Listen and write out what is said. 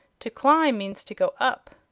to climb means to go up.